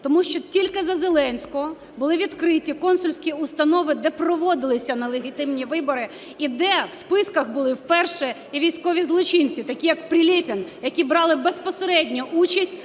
Тому що тільки за Зеленського були відкриті консульські установи, де проводилися нелегітимні вибори, і де в списках були вперше військові злочинці, такі як Прилєпін, які брали безпосередню участь